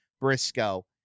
briscoe